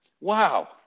wow